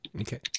Okay